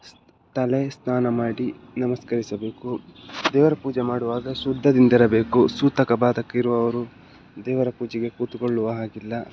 ತಲೆ ಸ್ನಾನ ಮಾಡಿ ನಮಸ್ಕರಿಸಬೇಕು ದೇವರ ಪೂಜೆ ಮಾಡುವಾಗ ಶುದ್ಧದಿಂದಿರಬೇಕು ಸೂತಕ ಬಾಧಕ ಇರುವವರು ದೇವರ ಪೂಜೆಗೆ ಕೂತುಕೊಳ್ಳುವ ಹಾಗಿಲ್ಲ